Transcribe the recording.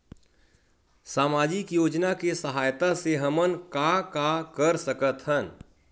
सामजिक योजना के सहायता से हमन का का कर सकत हन?